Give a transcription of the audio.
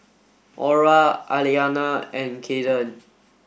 Orah Aliana and Cayden